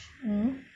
mm